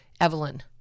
Evelyn